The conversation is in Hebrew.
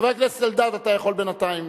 חבר הכנסת אלדד, אתה יכול בינתיים.